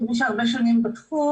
כמי שהרבה שנים בתחום,